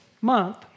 month